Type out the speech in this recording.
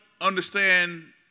understand